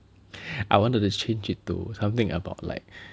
I want to just change it to something about like